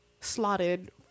Slotted